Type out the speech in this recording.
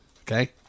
Okay